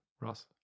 Ross